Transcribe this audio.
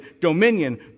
dominion